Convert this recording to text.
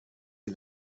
die